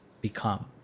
become